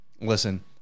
Listen